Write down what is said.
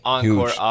huge